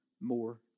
more